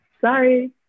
Sorry